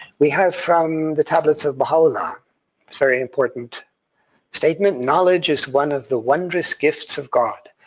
we have from the tablets of baha'u'llah very important statement knowledge is one of the wondrous gifts of god.